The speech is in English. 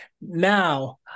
Now